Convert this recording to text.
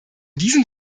diesem